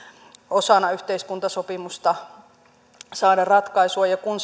osana yhteiskuntasopimusta saada ratkaisua kun